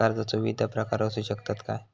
कर्जाचो विविध प्रकार असु शकतत काय?